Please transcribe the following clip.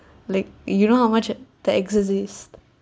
like you know how much the exorcist